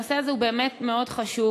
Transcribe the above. הנושא הזה הוא באמת מאוד חשוב.